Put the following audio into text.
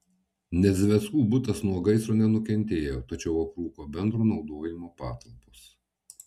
nedzveckų butas nuo gaisro nenukentėjo tačiau aprūko bendro naudojimo patalpos